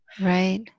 Right